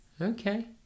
Okay